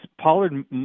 Pollard